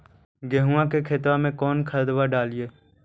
गेहुआ के खेतवा में कौन खदबा डालिए?